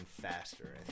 faster